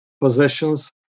possessions